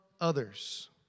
others